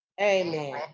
Amen